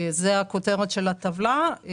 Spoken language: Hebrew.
זו הכותרת של הטבלה.